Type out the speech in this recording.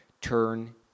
turn